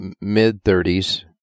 mid-30s